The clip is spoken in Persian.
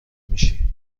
میشی